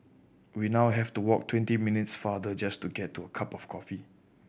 we now have to walk twenty minutes farther just to get a cup of coffee